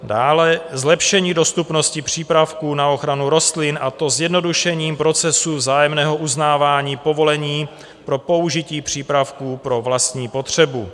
Dále zlepšení dostupnosti přípravků na ochranu rostlin, a to zjednodušením procesu vzájemného uznávání povolení pro použití přípravků pro vlastní potřebu.